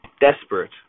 desperate